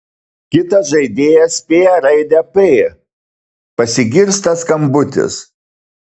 kitas žaidėjas spėja raidę p pasigirsta skambutis